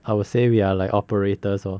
I will say we are like operators lor